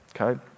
Okay